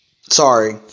Sorry